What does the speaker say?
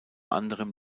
anderem